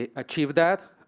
ah achieve that.